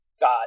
God